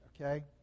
okay